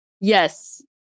Yes